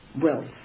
wealth